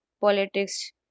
politics